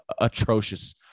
atrocious